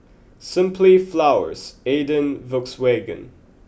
simply Flowers Aden and Volkswagen